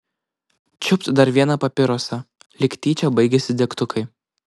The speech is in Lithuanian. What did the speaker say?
čiupt dar vieną papirosą lyg tyčia baigėsi degtukai